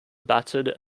batted